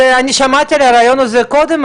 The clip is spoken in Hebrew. אני שמעתי על הרעיון הזה קודם,